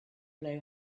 blow